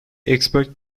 expect